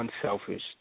unselfish